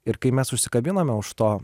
ir kai mes užsikabinome už to